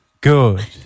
Good